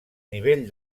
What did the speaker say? nivell